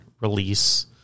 release